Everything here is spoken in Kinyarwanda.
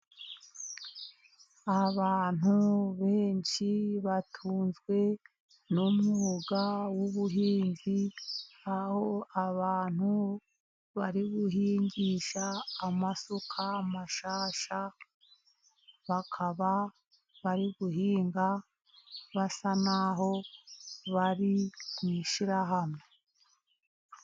Abantu benshi batunzwe n'umwuga w'ubuhinzi aho abantu bari guhingisha amasuka mashya, bakaba bari guhinga basa naho aho bari mu ishihamwe.